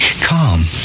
calm